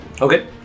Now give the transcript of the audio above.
Okay